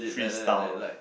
freestyle